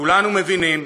כולנו מבינים,